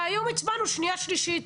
והיום הצבענו שנייה ושלישית.